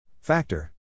Factor